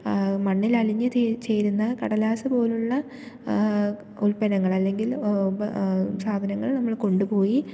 മണ്ണിൽ അലിഞ്ഞു ചേരുന്ന കടലാസ്സു പോലെയുള്ള ഉത്പന്നങ്ങളിൽ അല്ലെങ്കിൽ സാധനങ്ങൾ നമ്മൾ കൊണ്ടു പോയി